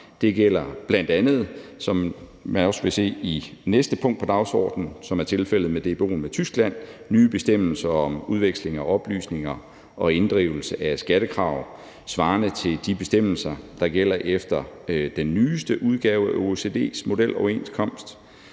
det gælder bl.a., som man også vil se i det næste punkt på dagsordenen, som er tilfældet med DBO'en med Tyskland, nye bestemmelser om udveksling af oplysninger og inddrivelse af skattekrav svarende til de bestemmelser, der gælder efter den nyeste udgave af OECD's modeloverenskomst.